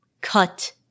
cut